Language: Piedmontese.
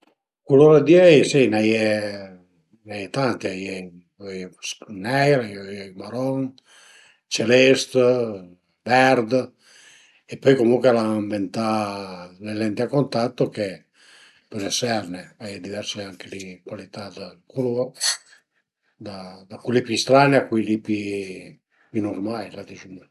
Culur di öi si a i ën e, a i ën e tanti öi neir, öi maron, celest, verd e pöi comuncue al an ënventà le lenti a contatto che pöle serne, a ie diverse anche li cualità dë culur da cui li pi strane a cui li pi pi nurmai dizuma